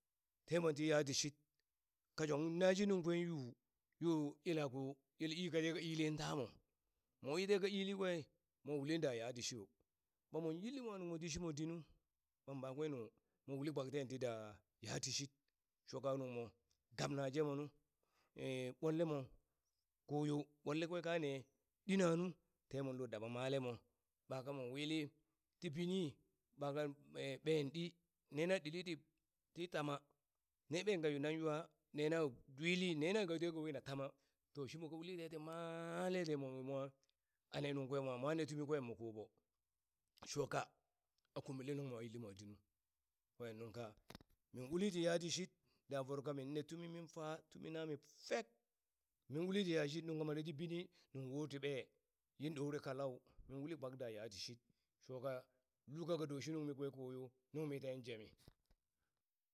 Te mon ti yatishid ka shong naa shi nuŋ kwe yu yo yeleko yele ii kateha ilin tamo mowi take ilikwe mo ilin da yatishi yo ɓa mon yilli mwa nuŋ mo ti shimo di nu mo ɓan ɓakwe nu mo ulin kpak ten ti da yatishid shoka nungmo gabna jemonu, ɓwalle mo koyo, ɓwalle kwe kaa ne ɗina nu, te monlo daɓa male mo ɓaka mo wili, ti bini ɓaka ɓe ɓeen ɗi ne na ɗili ti ti tama ne ɓen ka yo nan ywa nena dwili nena kateka wo na tama to shimo ka uli teti ma! le te mwa monwi mwa ane nungkwe mwa mwa ne tumi kwen mo koɓo, shoka a kumile nuŋ a yilli mwa dinu kwen nungka min uli yatishid da voro kamin ne tumi min min fa tumi nami fek min uli ti yatishit nuŋ ka mare tii bini nuŋ woti ɓe̱e̱ yin ɗore kalau min uli kpak da yatishit shoka lulkaka doshi nungmi kwekoyo, nungmi ten jemi.